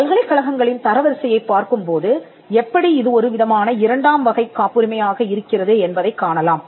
பல்கலைக்கழகங்களின் தரவரிசையைப் பார்க்கும்போதுஎப்படி இது ஒரு விதமான இரண்டாம் வகைக் காப்புரிமை ஆக இருக்கிறது என்பதைக் காணலாம்